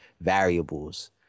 variables